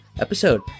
episode